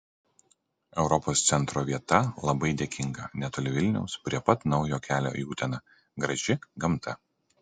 europos centro vieta labai dėkinga netoli vilniaus prie pat naujo kelio į uteną graži gamta